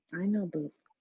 i know boop.